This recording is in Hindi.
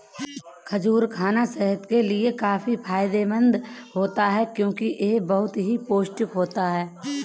खजूर खाना सेहत के लिए काफी फायदेमंद होता है क्योंकि यह बहुत ही पौष्टिक होता है